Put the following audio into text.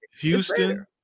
Houston